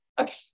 okay